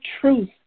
truth